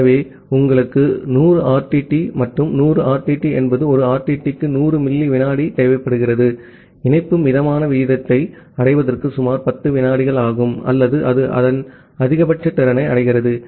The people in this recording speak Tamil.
ஆகவே உங்களுக்கு 100 ஆர்டிடி மற்றும் 100 ஆர்டிடி என்பது ஒரு ஆர்டிக்கு 100 மில்லி விநாடி தேவைப்படுகிறது அந்த இணைப்பு மிதமான விகிதத்தை அடைவதற்கு சுமார் 10 வினாடிகள் ஆகும் அல்லது அது அதன் அதிகபட்ச திறனை அடைகிறது